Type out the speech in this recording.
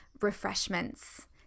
refreshments